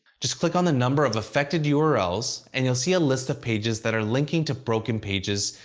just click on the number of affected yeah urls, and you'll see a list of pages that are linking to broken pages,